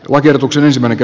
odotuksen ensimmäinen